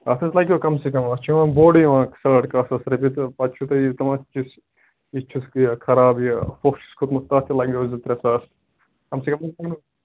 اَتھ حظ لَگوٕ کَم سے کَم اَتھ چھُ یِوان بوٚرڈٕے یِوان ساڑ کاہ ساس رۄپیہِ تہٕ تہٕ پَتہٕ چھُو تۄہہِ یہِ تِمَن چِس یہِ چھُس یہِ خراب یہِ پۅکھ چھُس کھوٚتمُت تَتھ تہِ لَگوٕ زٕ ترٛےٚ ساس کَم سے کَم گژھان کُنوُہ